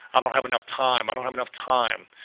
i don't have enough time, i don't have enough time,